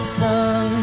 sun